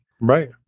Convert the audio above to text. Right